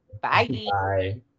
Bye